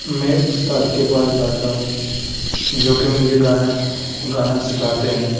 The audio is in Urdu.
میں استاد کے پاس جاتا ہوں جو کہ مجھے گانا گانا سیکھاتے ہیں